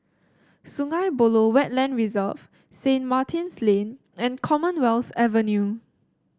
Sungei Buloh Wetland Reserve Saint Martin's Lane and Commonwealth Avenue